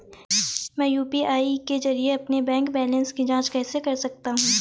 मैं यू.पी.आई के जरिए अपने बैंक बैलेंस की जाँच कैसे कर सकता हूँ?